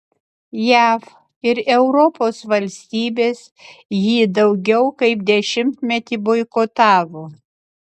jav ir europos valstybės jį daugiau kaip dešimtmetį boikotavo